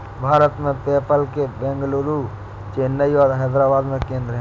भारत में, पेपाल के बेंगलुरु, चेन्नई और हैदराबाद में केंद्र हैं